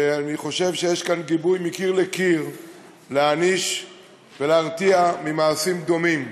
ואני חושב שיש כאן גיבוי מקיר לקיר להעניש ולהרתיע ממעשים דומים.